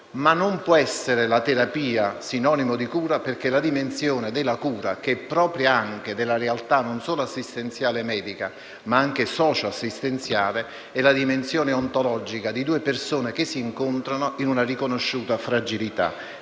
Non può essere però la terapia sinonimo di cura, perché la dimensione della cura, che è propria anche della realtà non solo assistenziale medica, ma anche socio assistenziale, è la dimensione ontologica di due persone che si incontrano in una riconosciuta fragilità.